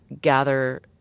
gather